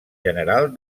general